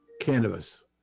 cannabis